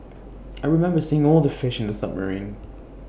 I remember seeing all the fish in the submarine